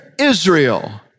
Israel